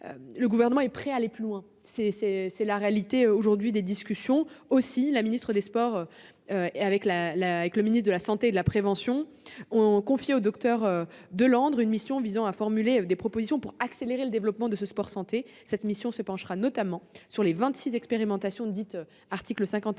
le Gouvernement est prêt à aller plus loin. Aussi, la ministre des sports et le ministre de la santé et de la prévention ont confié au docteur Dominique Delandre une mission visant à formuler des propositions pour accélérer le développement du sport-santé. Cette mission se penchera notamment sur les 26 expérimentations dites « article 51